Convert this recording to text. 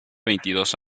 veintidós